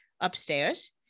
upstairs